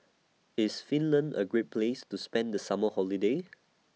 IS Finland A Great Place to spend The Summer Holiday